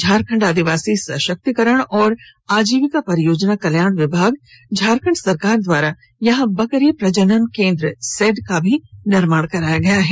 झारखंड आदिवासी सशक्तिकरण एवं आजीविका परियोजना कल्याण विभाग झारखंड सरकार द्वारा यहां बकरी प्रजनन केंद्र सेड का भी निर्माण कराया गया है